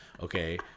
Okay